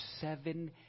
seven